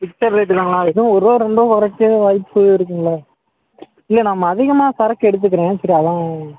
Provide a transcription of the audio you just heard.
fixed rate தாங்களா எதுவும் ஒரு ரூபா ரெண்டு ரூபா குறைச்சி வாய்ப்பு இருக்குங்களா இல்லை நம்ம அதிகமாக சரக்கு எடுத்துக்கிறேன் சரி அதுதான்